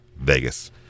Vegas